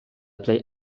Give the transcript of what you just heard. plej